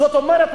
זאת אומרת,